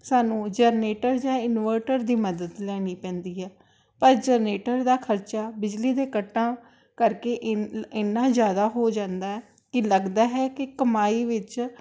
ਸਾਨੂੰ ਜਨਰੇਟਰ ਜਾਂ ਇਨਵਰਟਰ ਦੀ ਮਦਦ ਲੈਣੀ ਪੈਂਦੀ ਹੈ ਪਰ ਜਨਰੇਟਰ ਦਾ ਖਰਚਾ ਬਿਜਲੀ ਦੇ ਕੱਟਾਂ ਕਰਕੇ ਇ ਇੰਨਾ ਜ਼ਿਆਦਾ ਹੋ ਜਾਂਦਾ ਕਿ ਲੱਗਦਾ ਹੈ ਕਿ ਕਮਾਈ ਵਿੱਚ